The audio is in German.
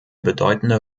bedeutende